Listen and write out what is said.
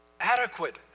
adequate